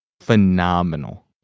Phenomenal